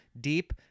deep